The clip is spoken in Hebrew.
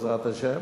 בעזרת השם.